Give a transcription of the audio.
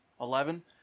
Eleven